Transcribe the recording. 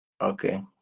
Okay